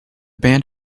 band